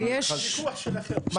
יש ביצוע?